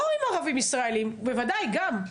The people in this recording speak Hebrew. לא עם ערבים ישראלים בוודאי גם.